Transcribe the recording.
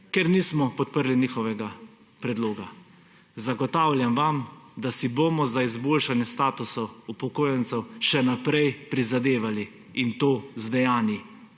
ker nismo podprli njihovega predloga. Zagotavljam vam, da si bomo za izboljšanje statusa upokojencev še naprej prizadevali, in to z dejanji.